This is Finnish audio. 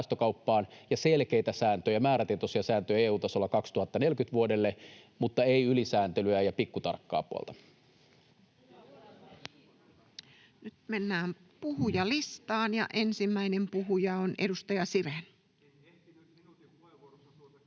ja selkeitä sääntöjä, määrätietoisia sääntöjä, EU-tasolla vuodelle 2040 mutta ei ylisääntelyä ja pikkutarkkaa puolta. Nyt mennään puhujalistaan. — Ja ensimmäinen puhuja on edustaja Sirén.